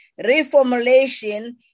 reformulation